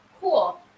cool